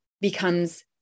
becomes